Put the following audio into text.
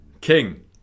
King